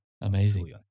Amazing